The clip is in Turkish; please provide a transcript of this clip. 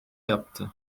yaptı